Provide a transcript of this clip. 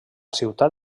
ciutat